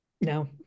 No